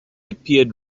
appeared